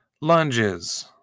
Lunges